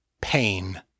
pain